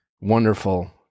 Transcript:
wonderful